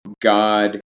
God